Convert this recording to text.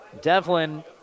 Devlin